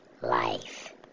life